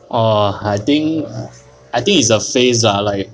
oh I think I think is a phase ah like